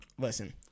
Listen